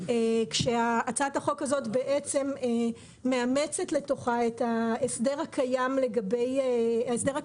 הצעת החוק הזאת מאמצת לתוכה את ההסדר הקיים של משרד